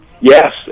Yes